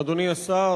אדוני השר,